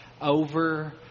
over